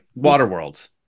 Waterworld